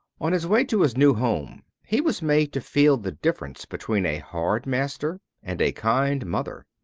on his way to his new home he was made to feel the difference between a hard master and a kind mother.